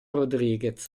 rodríguez